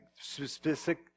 specific